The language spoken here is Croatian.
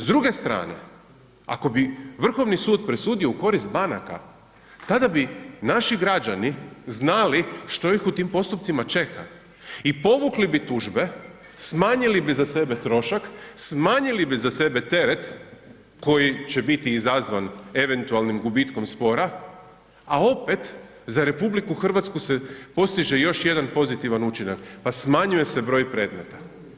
S druge strane ako bi Vrhovni sud presudio u korist banaka, tada bi naši građani znali što ih u tim postupcima čeka i povukli bi tužbe, smanjili bi za sebe trošak, smanjili bi za sebe teret koji će biti izazvan eventualnim gubitkom spora a opet za RH se postiže još jedan pozitivan učinak, pa smanjuje se broj predmeta.